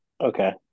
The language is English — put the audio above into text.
Okay